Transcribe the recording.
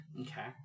Okay